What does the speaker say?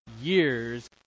years